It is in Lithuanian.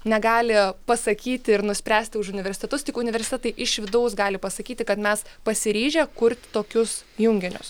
negali pasakyti ir nuspręsti už universitetus tik universitetai iš vidaus gali pasakyti kad mes pasiryžę kurti tokius junginius